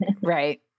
Right